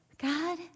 God